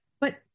But-